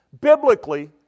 Biblically